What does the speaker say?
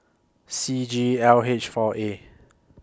C G L H four A